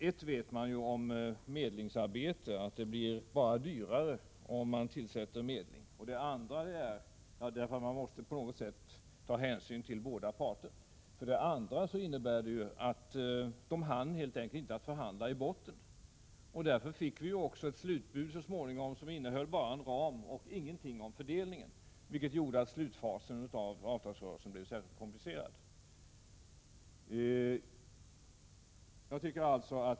Ett vet man ju om medlingsarbete: det blir bara dyrare om man tillsätter medlare, för då måste man på något sätt ta hänsyn till båda parter. Vidare innebar detta att man helt enkelt inte hann förhandla i botten. Därför fick vi så småningom ett slutbud som bara innehöll en ram men ingenting om fördelningen, vilket gjorde slutfasen av avtalsrörelsen särskilt komplicerad.